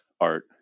art